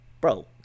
Bro